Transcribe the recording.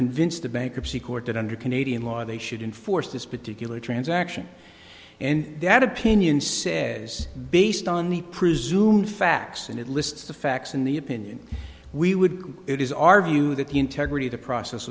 convince the bankruptcy court that under canadian law they should enforce this particular transaction and that opinion says based on the presumed facts and it lists the facts in the opinion we would it is our view that the integrity of the process